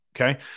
Okay